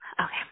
Okay